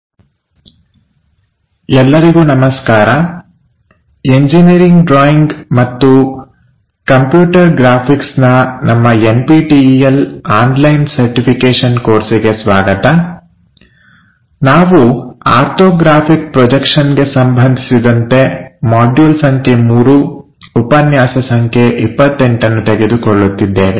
orthographic projection I ಭಾಗ 8 ಎಲ್ಲರಿಗೂ ನಮಸ್ಕಾರ ಎಂಜಿನಿಯರಿಂಗ್ ಡ್ರಾಯಿಂಗ್ ಮತ್ತು ಕಂಪ್ಯೂಟರ್ ಗ್ರಾಫಿಕ್ಸ್ನ ನಮ್ಮ N P T E L online certification ಕೋರ್ಸಿಗೆ ಸ್ವಾಗತ ನಾವು ಆರ್ಥೋಗ್ರಾಫಿಕ್ ಪ್ರೊಜೆಕ್ಷನ್ಗೆ ಸಂಬಂಧಿಸಿದಂತೆ ಮಾಡ್ಯೂಲ್ ಸಂಖ್ಯೆ 3 ಉಪನ್ಯಾಸ ಸಂಖ್ಯೆ 28 ನ್ನು ತೆಗೆದುಕೊಳ್ಳುತ್ತಿದ್ದೇವೆ